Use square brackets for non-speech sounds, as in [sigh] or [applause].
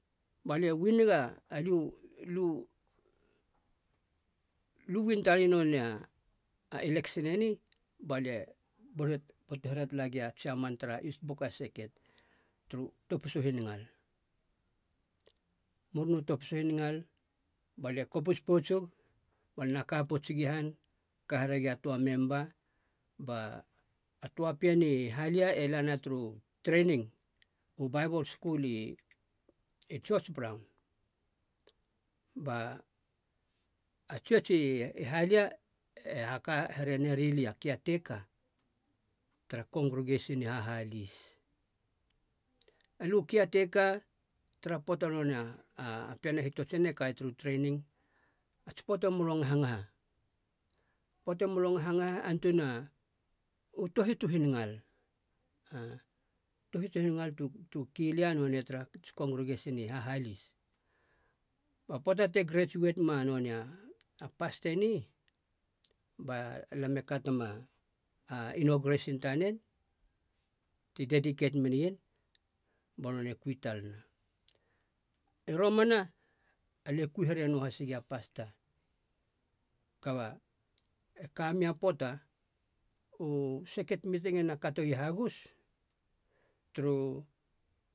Ba lia uinega, aliu lu- lu uin talei nonei a- a eleksin eni, balia [hesitation] butu here talagi a tsiaman tara is seket turu topisa u hiningal. Muruna turu topisa u hiningal. balie kopus poutsig bal na ka pouts gia i han, ka here gi a memba. Ba a toa pien ni halia e lana turu trening, u babol skul i- i george brown, ba a tsiots i halia e haka here neri lia a kia teka tara kongregasin ni hahalis. Aliu kia teka tara poata nonei a- a pien e hitotsuna kaia turu trening, ats poata molo ngahangaha. Poata e molo ngahangaha antuna u tohit u hinngal, [hesitation] tohit u hiningal tu- tu ki lia nonei tarats kongrigasin na i hahalis. Ba poata te gretsuat ma nonei a paste ni balam e katema a inogresin tanen ti dediket menien ba nonei e kui talana. I romana alie kui here noahas gia pasta kaba e kamei a poata, u seket miting ena katoia i hagus turu